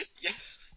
Yes